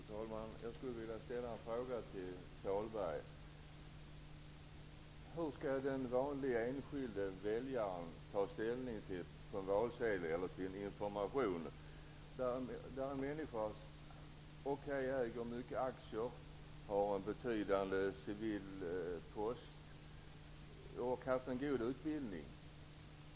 Fru talman! Jag skulle vilja ställa en fråga till Sahlberg. Hur skall den vanliga enskilda väljaren ta ställning till en valsedel eller information där man ser att en människa äger mycket aktier, har en betydande civil post och kanske en god utbildning?